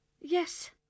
Yes